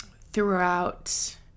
throughout